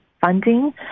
funding